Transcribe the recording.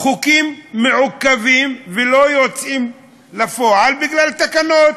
חוקים מעוכבים ולא יוצאים לפועל, בגלל תקנות,